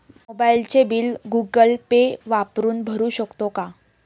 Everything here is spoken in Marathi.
मोबाइलचे बिल गूगल पे वापरून भरू शकतो का?